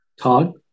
Todd